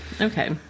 Okay